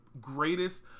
greatest